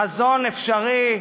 החזון אפשרי,